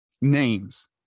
names